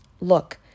look